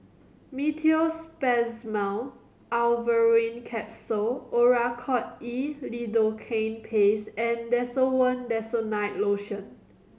Meteospasmyl Alverine Capsule Oracort E Lidocaine Paste and Desowen Desonide Lotion